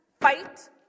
Fight